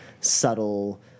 subtle